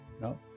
no